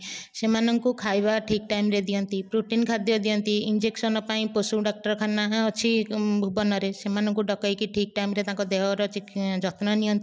ସେମାନଙ୍କୁ ଖାଇବା ଠିକ୍ ଟାଇମରେ ଦିଅନ୍ତି ପ୍ରୋଟିନ ଖାଦ୍ୟ ଦିଅନ୍ତି ଇଞ୍ଜେକ୍ସନ ପାଇଁ ପଶୁ ଡାକ୍ତର ଖାନା ଅଛି ଭୁବନରେ ସେମାନଙ୍କୁ ଡକାଇକି ଠିକ ଟାଇମରେ ତାଙ୍କ ଦେହର ଯତ୍ନ ନିଅନ୍ତି